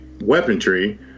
weaponry